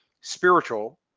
spiritual